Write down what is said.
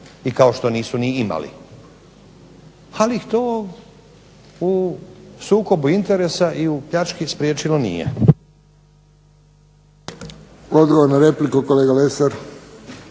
i kao što nisu ni imali. Ali ih to u sukobu interesu i u pljački spriječilo nije. **Friščić, Josip (HSS)** Odgovor na repliku, kolega Lesar.